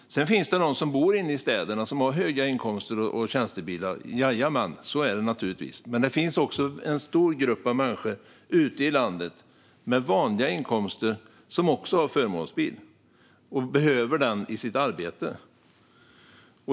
Det finns de som bor inne i städerna och som har höga inkomster och tjänstebil - jajamän, så är det naturligtvis. Men det finns också en stor grupp människor med vanliga inkomster ute i landet, som också har förmånsbil som de behöver i sitt arbete.